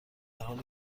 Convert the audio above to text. حالی